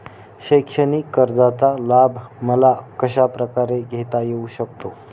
शैक्षणिक कर्जाचा लाभ मला कशाप्रकारे घेता येऊ शकतो?